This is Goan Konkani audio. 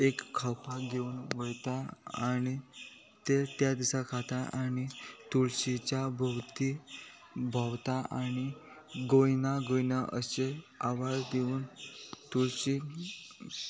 एक खावपाक घेवन वयता आनी ते त्या दिसा खाता आनी तुळशीच्या भोवती भोंवता आनी गोविंदा गोविंदा अशे आवाज दिवन तुळशी